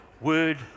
word